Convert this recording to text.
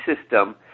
system